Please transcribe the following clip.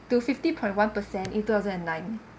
to fifty point one percent in two thousand and nine